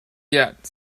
yet